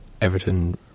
Everton